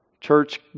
Church